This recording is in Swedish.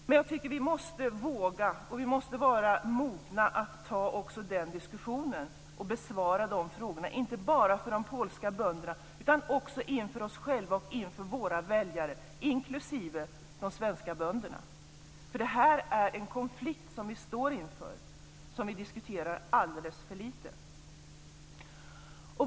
Men jag tycker att vi måste våga, och vi måste vara mogna att ta också den diskussionen och besvara de frågorna. Det gäller inte bara gentemot de polska bönderna utan också inför oss själva och inför våra väljare, inklusive de svenska bönderna. Det är en konflikt som vi står inför, som vi diskuterar alldeles för lite.